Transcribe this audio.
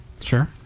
sure